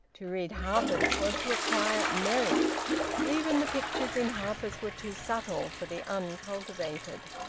to read harper's was to acquire merit even the pictures in harper's were too subtle for the uncultivated.